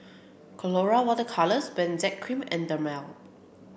Colora water Colours Benzac cream and Dermale